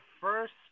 first